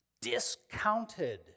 discounted